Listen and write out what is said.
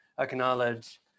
acknowledge